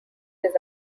his